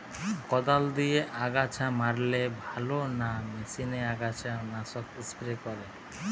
কদাল দিয়ে আগাছা মারলে ভালো না মেশিনে আগাছা নাশক স্প্রে করে?